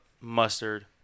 mustard